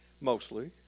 mostly